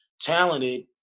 talented